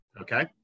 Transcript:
okay